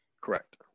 Correct